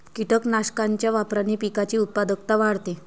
कीटकनाशकांच्या वापराने पिकाची उत्पादकता वाढते